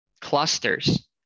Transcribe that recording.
clusters